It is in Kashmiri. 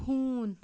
ہوٗن